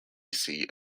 seat